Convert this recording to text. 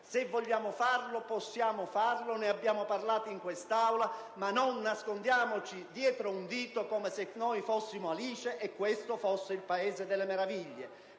Se vogliamo farlo, possiamo farlo, ne abbiamo anche parlato in quest'Aula, ma non nascondiamoci dietro un dito come se fossimo Alice e questo fosse il Paese delle meraviglie!